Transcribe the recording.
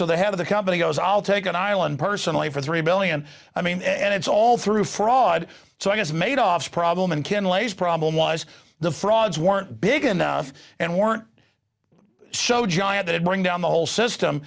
so the head of the company goes all take an island personally for three million i mean and it's all through fraud so i guess made off the problem and ken lay's problem was the frauds weren't big enough and weren't so giant it going down the whole system